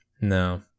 No